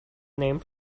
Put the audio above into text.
named